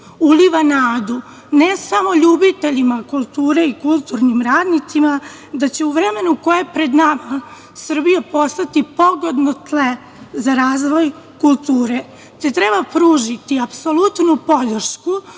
uliva nadu ne samo ljubiteljima kulture i kulturnim radnicima da će u vremenu koje je pred nama Srbija postati pogodno tlo za razvoj kulture, te treba pružiti apsolutnu podršku